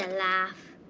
laugh.